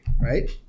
right